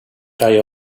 day